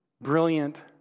brilliant